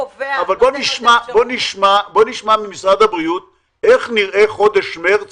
בואו נשמע ממשרד הבריאות איך נראה חודש מרס